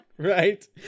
Right